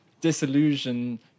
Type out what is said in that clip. Disillusion